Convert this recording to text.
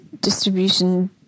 distribution